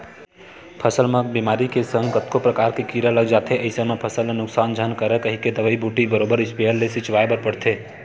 फसल म बेमारी के संग कतको परकार के कीरा लग जाथे अइसन म फसल ल नुकसान झन करय कहिके दवई बूटी बरोबर इस्पेयर ले छिचवाय बर परथे